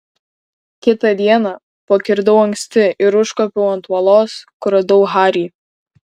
kitą dieną pakirdau anksti ir užkopiau ant uolos kur radau harį